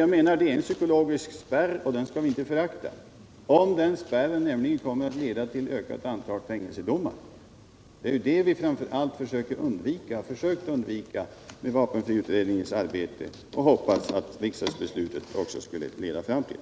Jag menar att det är en psykologisk spärr, och den skall vi inte förakta om den kommer att leda till ökat antal fängelsedomar. Det är ju det som vi framför allt har försökt undvika med vapenfriutredningens arbete och som vi hoppas att riksdagens beslut också skall leda fram till.